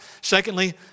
Secondly